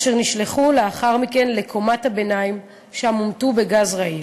אשר נשלחו לאחר מכן לקומת הביניים ושם הומתו בגז רעיל.